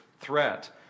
threat